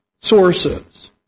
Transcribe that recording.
sources